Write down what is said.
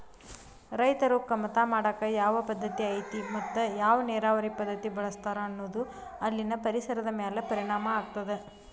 ರೈತರು ಕಮತಾ ಮಾಡಾಕ ಯಾವ ಪದ್ದತಿ ಐತಿ ಮತ್ತ ಯಾವ ನೇರಾವರಿ ಪದ್ಧತಿ ಬಳಸ್ತಾರ ಅನ್ನೋದು ಅಲ್ಲಿನ ಪರಿಸರದ ಮ್ಯಾಲ ಪರಿಣಾಮ ಆಗ್ತದ